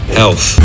health